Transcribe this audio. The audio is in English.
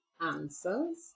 answers